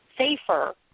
Safer